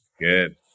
good